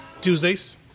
Tuesdays